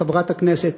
חברת הכנסת